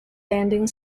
landing